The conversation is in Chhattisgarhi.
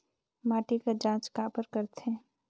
माटी कर जांच काबर करथे?